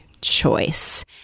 choice